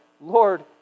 Lord